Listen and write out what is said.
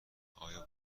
آیا